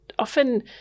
Often